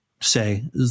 say